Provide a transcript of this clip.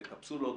בקפסולות,